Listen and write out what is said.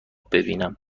ببینم